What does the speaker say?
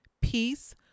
peace